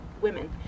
women